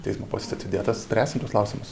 teismo posėdis atidėtas spręsim tuos klausimus